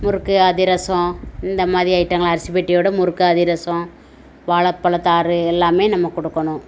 முறுக்கு அதிரசம் இந்த மாதிரி ஐட்டங்களைஅரிசி பெட்டியோடய முறுக்கு அதிரசம் வாழைப்பழத்தாறு எல்லாம் நம்ம கொடுக்கணும்